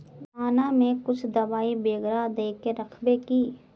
दाना में कुछ दबाई बेगरा दय के राखबे की?